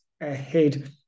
ahead